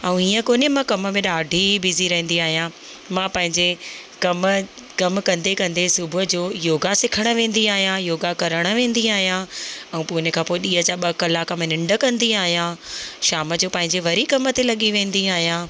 ऐं ईअं कोन्हे मां कम में ॾाढी ही बिज़ी रहंदी आहियां मां पंहिंजें कमु कमु कंदे कंदे सुबुह जो योगा सिखणु वेंदी आहियां योगा करणु वेंदी आहियां ऐं पोइ इन खां पोइ ॾींहं जा ॿ कलाक मां निंड कंदी आहियां शाम जो पंहिंजे वरी कम ते लॻी वेंदी आहियां